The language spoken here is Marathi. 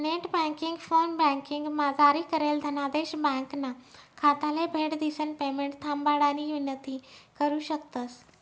नेटबँकिंग, फोनबँकिंगमा जारी करेल धनादेश ब्यांकना खाताले भेट दिसन पेमेंट थांबाडानी विनंती करु शकतंस